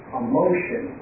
emotion